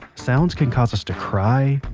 sounds can cause us to cry,